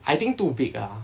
I think too big ah